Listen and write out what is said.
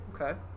Okay